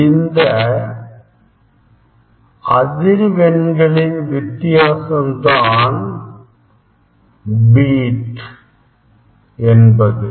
இந்த அதில் இந்த அதிர்வெண்களின் வித்தியாசம்தான் பீட் என்பது